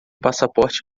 passaporte